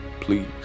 Please